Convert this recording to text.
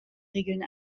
regeln